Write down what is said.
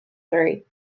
three